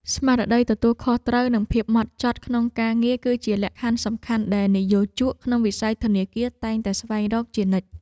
ស្មារតីទទួលខុសត្រូវនិងភាពហ្មត់ចត់ក្នុងការងារ គឺជាលក្ខខណ្ឌសំខាន់ដែលនិយោជកក្នុងវិស័យធនាគារតែងតែស្វែងរកជានិច្ច។